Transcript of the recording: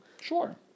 Sure